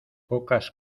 pocas